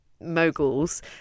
moguls